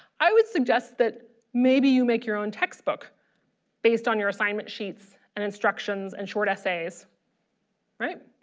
i would suggest that maybe you make your own textbook based on your assignment sheets and instructions and short essays right.